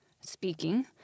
speaking